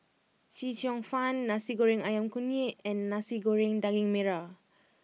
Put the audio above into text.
Chee Cheong Fun Nasi Goreng Ayam Kunyit and Nasi Goreng Daging Merah